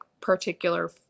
particular